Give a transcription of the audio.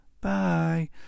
bye